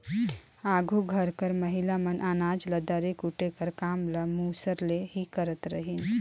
आघु घर कर महिला मन अनाज ल दरे कूटे कर काम ल मूसर ले ही करत रहिन